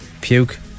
Puke